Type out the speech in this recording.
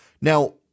Now